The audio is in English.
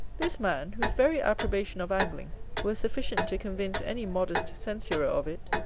this man, whose very approbation of angling were sufficient to convince any modest censurer of it,